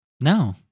No